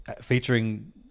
featuring